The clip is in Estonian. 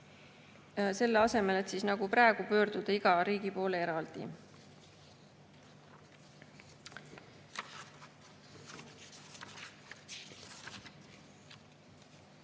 selle asemel, et nagu praegu pöörduda iga riigi poole eraldi.